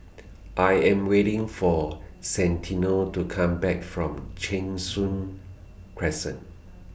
I Am waiting For Santino to Come Back from Cheng Soon Crescent